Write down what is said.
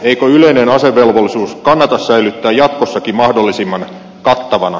eikö yleinen asevelvollisuus kannata säilyttää jatkossakin mahdollisimman kattavana